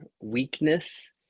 weakness